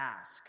ask